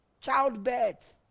childbirth